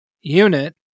unit